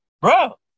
bro